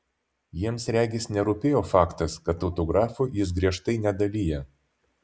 jiems regis nerūpėjo faktas kad autografų jis griežtai nedalija